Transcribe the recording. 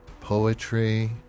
poetry